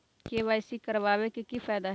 KYC करवाबे के कि फायदा है?